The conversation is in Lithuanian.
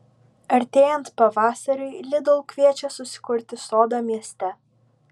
artėjant pavasariui lidl kviečia susikurti sodą mieste